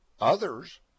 others